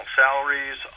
salaries